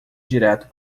direto